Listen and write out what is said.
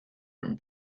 room